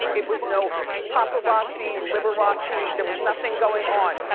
it was no paparazzi, liberace, there was nothing going on.